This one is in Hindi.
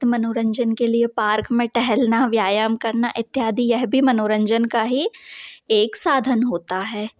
मनोरंजन के लिए पार्क में टहलना व्यायाम करना इत्यादि यह भी मनोरंजन का ही एक साधन होता है